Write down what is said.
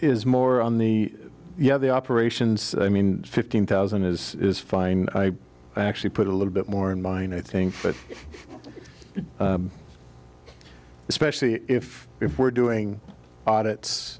is more on the yeah the operations i mean fifteen thousand is is fine i actually put a little bit more in mine i think but especially if if we're doing audits